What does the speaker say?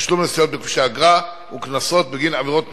תשלום נסיעות בכבישי אגרה וקנסות בגין עבירות תנועה,